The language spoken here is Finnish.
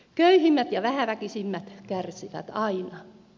köyhimmät ja vähäväkisimmät kärsivät aina